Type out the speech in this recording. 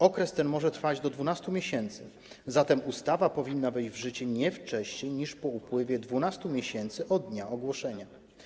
Okres ten może trwać do 12 miesięcy, zatem ustawa powinna wejść w życie nie wcześniej niż po upływie 12 miesięcy od dnia ogłoszenia.